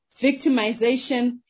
victimization